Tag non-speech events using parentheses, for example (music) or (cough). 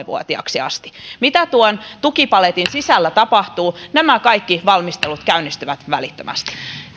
(unintelligible) vuotiaaksi asti mitä tuon tukipaletin sisällä tapahtuu nämä kaikki valmistelut käynnistyvät välittömästi